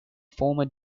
former